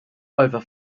over